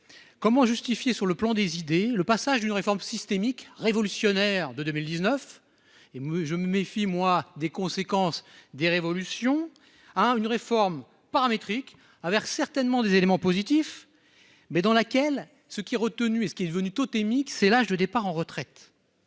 Comment justifier sur le plan des idées, le passage d'une réforme systémique révolutionnaire de 2019 et moi je me méfie moi des conséquences des révolutions à une réforme paramétrique à certainement des éléments positifs mais dans laquelle ce qui retenu et ce qui est devenu totémique. C'est l'âge de départ en retraite.